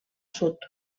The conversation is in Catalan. sud